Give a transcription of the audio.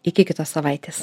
iki kitos savaitės